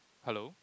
hello